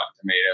tomatoes